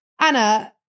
Anna